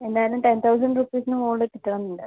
എന്തായാലും ten thousand റുപ്പീസിനു മുകളിൽ കിട്ടണം എന്നുണ്ട്